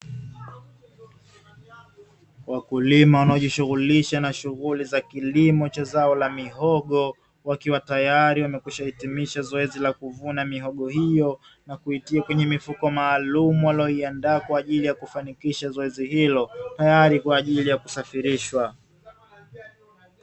Wakulima wanaojishughulisha na shughuli za kilimo cha zao la mihogo wakiwa tayari wamehitimisha zoezi la kuvuna mihogo hiyo. Na kuitia kwenye mifuko maalumu waliyoiandaa kwa ajili ya kufanikisha zoezi hilo, tayari kwa ajili ya kusafirishwa.